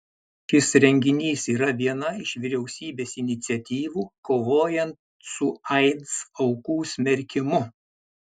šis renginys yra viena iš vyriausybės iniciatyvų kovojant su aids aukų smerkimu